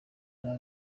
nta